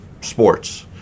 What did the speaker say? sports